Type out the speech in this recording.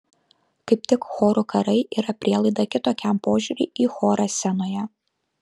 kaip tik chorų karai yra prielaida kitokiam požiūriui į chorą scenoje